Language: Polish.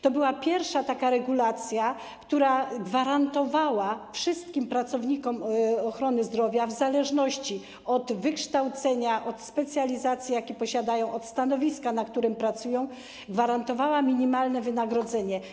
To była pierwsza taka regulacja, która wszystkim pracownikom ochrony zdrowia, w zależności od wykształcenia, od specjalizacji, jakie posiadają, od stanowiska, na którym pracują, gwarantowała minimalne wynagrodzenie.